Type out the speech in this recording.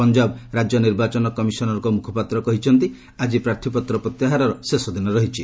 ପଞ୍ଜାବ ରାଜ୍ୟ ନିର୍ବାଚନ କମିଶନରଙ୍କ ମୁଖପାତ୍ର କହିଛନ୍ତି ଆଜି ପ୍ରାର୍ଥୀପତ୍ର ପ୍ରତ୍ୟାହାରର ଶେଷ ଦିନ ରହିଛି